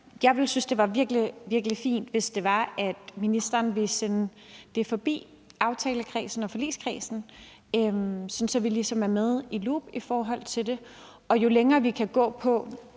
Jeg ville synes, det var virkelig fint, hvis ministeren ville sende det forbi aftalekredsen og forligskredsen, sådan at vi ligesom er med i loopet i forhold til det. Og jo længere vi kan gå med